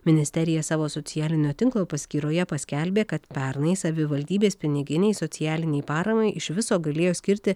ministerija savo socialinio tinklo paskyroje paskelbė kad pernai savivaldybės piniginei socialinei paramai iš viso galėjo skirti